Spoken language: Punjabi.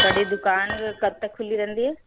ਤੁਹਾਡੀ ਦੁਕਾਨ ਕਦ ਤੱਕ ਖੁੱਲ੍ਹੀ ਰਹਿੰਦੀ ਹੈ